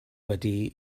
wedi